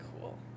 Cool